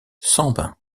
sambin